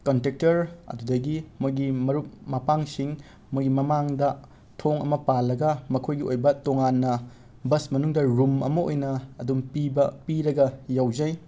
conductor ꯑꯗꯨꯗꯒꯤ ꯃꯣꯏꯒꯤ ꯃꯔꯨꯞ ꯃꯄꯥꯡꯁꯤꯡ ꯃꯣꯏꯒꯤ ꯃꯃꯥꯡꯗ ꯊꯣꯡ ꯑꯃ ꯄꯥꯜꯂꯒ ꯃꯈꯣꯏꯒꯤ ꯑꯣꯏꯕ ꯇꯣꯉꯥꯟꯅ ꯕꯁ ꯃꯅꯨꯡꯗ ꯔꯨꯝ ꯑꯃ ꯑꯣꯏꯅ ꯑꯗꯨꯝ ꯄꯤꯕ ꯄꯤꯔꯒ ꯌꯥꯎꯖꯩ